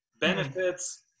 benefits